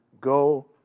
go